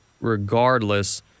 regardless